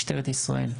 משטרת ישראל,